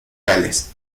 gales